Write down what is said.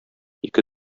ике